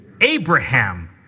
Abraham